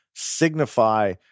signify